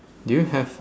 do you have